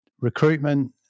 recruitment